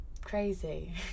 crazy